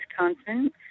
Wisconsin